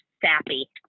sappy